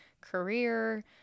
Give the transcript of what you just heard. career